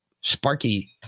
Sparky